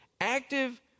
active